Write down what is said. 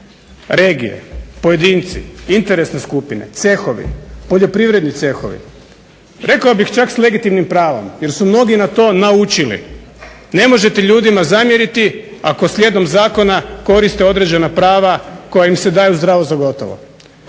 regije, pojedinci, interesne skupine, cehovi, poljoprivredni cehovi, rekao bih čak s legitimnim pravom jer su mnogi na to naučili. Ne možete ljudima zamjeriti ako slijedom zakona koriste određena prava koja im se daju zdravo za gotovo.